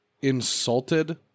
insulted